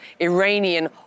Iranian